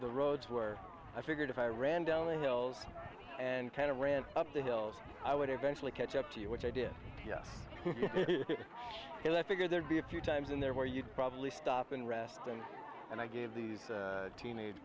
the roads were i figured if i ran down the hills and kind of ran up the hills i would eventually catch up to you which i did hear that figure there'd be a few times in there where you'd probably stop and rest and and i gave these teenage